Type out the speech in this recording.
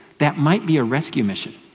that might be a rescue mission.